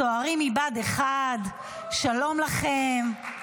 צוערים מבה"ד 1. שלום לכם,